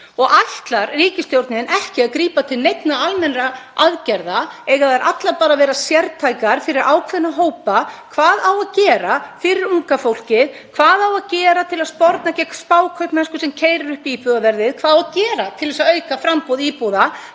Ætlar ríkisstjórnin ekki að grípa til neinna almennra aðgerða? Eiga þær allar að vera sértækar fyrir ákveðna hópa? Hvað á að gera fyrir unga fólkið? Hvað á að gera til að sporna gegn spákaupmennsku sem keyrir upp íbúðaverðið? Hvað á að gera til þess að auka framboð íbúða,